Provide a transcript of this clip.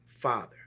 father